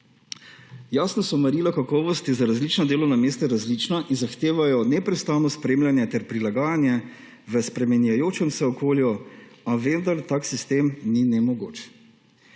Jasno, da so merila kakovosti za različna delovna mesta različna in zahtevajo neprestano spremljanje ter prilagajanje v spreminjajočem se okolju, a vendar tak sistem ni nemogoč.